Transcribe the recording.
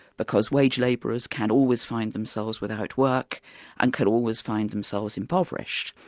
because wage labourers can always find themselves without work and could always find themselves impoverished,